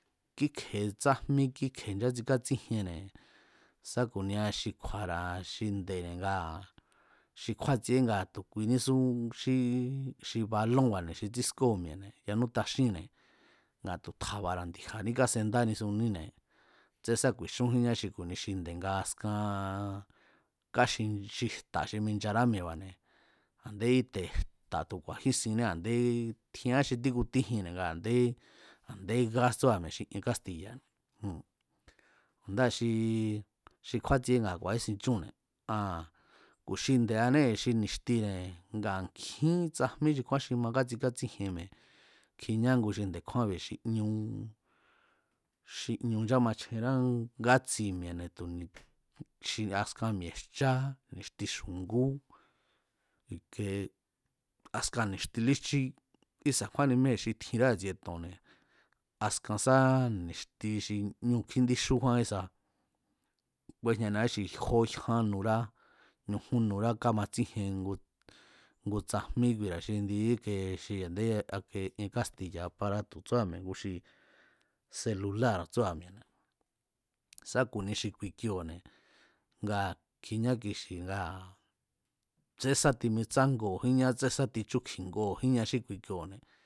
Kíkje̱e tsajmí kíkje̱e nchátsikatsíjienne̱ sá ku̱nia xi kju̱a̱ra̱ xi nde̱ne̱ ngaa̱ xi kjúátsieé ngaa̱ tu̱ kuinisu xí xi balónba̱ne̱ xi tsískóo̱ mi̱e̱ne̱ yanú taxínne̱ ngaa̱ tu̱ tja̱ba̱ra̱ ndi̱ja̱ní kásendánisuníne̱ tsensá ku̱i̱xúnjínña xi ku̱ni xinde̱ nga askan kaxín xi jta̱ xi minchará mi̱e̱ba̱ne̱ a̱nde íte̱ tu̱jta̱ tu̱ ku̱a̱jínsínnée̱ a̱ndé tjira xi tíkutíjinne̱ a̱nda a̱nde, a̱ndé gás tsúra̱ mi̱e̱ xi ien kástiya̱ne̱ joo̱n ndáa̱ xi kjúátsieneé ngaa̱ ku̱a̱ísin chúnne̱, aa̱n ku̱ xinde̱anée̱ xi ni̱xtine̱ ngaa̱ nkjín tsajmí xi kjúán xi ma kátsikátsjíjien mi̱e̱ kjiñá ngu xi nde̱kjúánbi̱ xi ñu xi ñu nchámachjenrá ngátsi mi̱e̱ne̱ tu̱ xi askan mi̱e̱jchá, ni̱xti xu̱ngú, i̱ke askan ni̱xti líjchí, ísa̱ kjúánni míée̱ xi tjinrá i̱tsie to̱nne̱ askan sá ni̱xti xi ñu kjíndíxú kjúán ísa kúéjñania xi jó jyán nurá, ñujún nurá kamatsíjien ngu ngu tsajmí kuira̱ xi ndi íke xi a̱ndé ienkástiya̱ te̱ aparato̱ tsúa̱ mi̱e̱ xi seluláa̱r tsúa̱ mi̱e̱ne̱ sa ku̱ni xi kui kioo̱ne̱ ngaa̱ kjiña kixi̱ ngaa̱ tsénsa timitsangoo̱jínñá tsénsá tichúkji̱ngoo̱jínña xí kui koo̱ne̱